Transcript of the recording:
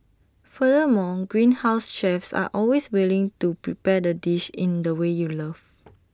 furthermore Greenhouse's chefs are always willing to prepare the dish in the way you love